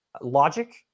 logic